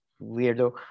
weirdo